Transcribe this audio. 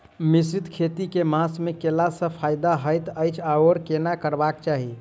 मिश्रित खेती केँ मास मे कैला सँ फायदा हएत अछि आओर केना करबाक चाहि?